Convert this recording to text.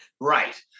Right